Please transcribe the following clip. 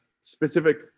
specific